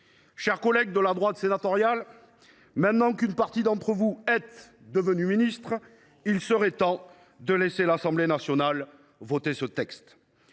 Chers collègues de la droite sénatoriale, maintenant que certains d’entre vous sont devenus ministres, il serait temps de laisser l’Assemblée nationale se prononcer